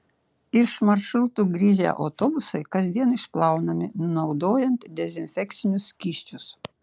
iš maršrutų grįžę autobusai kasdien išplaunami naudojant dezinfekcinius skysčius